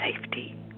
safety